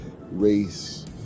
Race